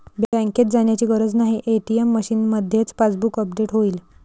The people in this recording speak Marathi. बँकेत जाण्याची गरज नाही, ए.टी.एम मशीनमध्येच पासबुक अपडेट होईल